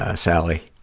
ah sally.